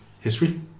history